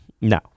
No